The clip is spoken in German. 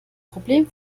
problem